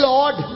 Lord